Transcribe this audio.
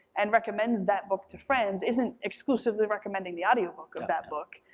and recommends that book to friends, isn't exclusively recommending the audiobook of that book,